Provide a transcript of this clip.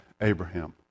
Abraham